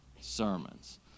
sermons